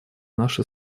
наши